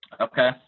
Okay